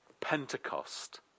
Pentecost